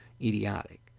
idiotic